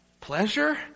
pleasure